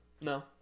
No